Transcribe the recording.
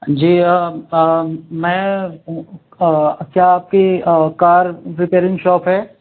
جی میں کیا آپ کی کار ریپیرنگ شاپ ہے